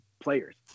players